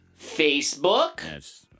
Facebook